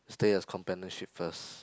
stay as companionship first